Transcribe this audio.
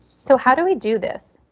so how do we do this?